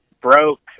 broke